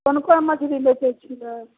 कोन कोन मछरी बेचै छिए